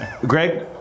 Greg